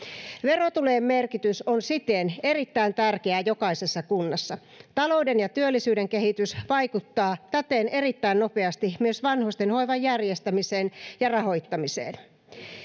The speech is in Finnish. verotulojen merkitys on siten erittäin tärkeä jokaisessa kunnassa talouden ja työllisyyden kehitys vaikuttaa täten erittäin nopeasti myös vanhustenhoivan järjestämiseen ja rahoittamiseen